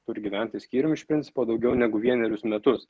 turi gyventi skyrium iš principo daugiau negu vienerius metus